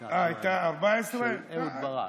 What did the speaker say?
הפסקה של אהוד ברק.